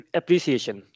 appreciation